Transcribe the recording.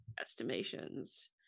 estimations